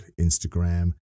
Instagram